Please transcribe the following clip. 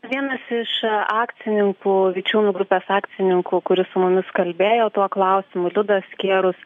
vienas iš akcininkų vičiūnų grupės akcininkų kuris su mumis kalbėjo tuo klausimu liudas skierus